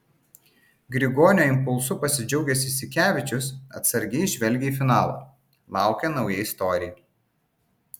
grigonio impulsu pasidžiaugęs jasikevičius atsargiai žvelgia į finalą laukia nauja istorija